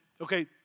Okay